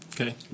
okay